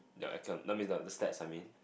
your econ~ don't miss out the the stats I mean